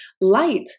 Light